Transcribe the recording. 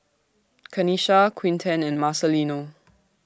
Kanisha Quinten and Marcelino